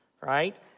right